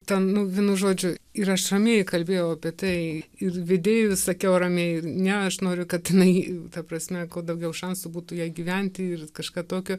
ten nu vienu žodžiu ir aš ramiai kalbėjau apie tai ir vedėjui sakiau ramiai ne aš noriu kad jinai ta prasme kuo daugiau šansų būtų jai gyventi ir kažką tokio